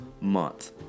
month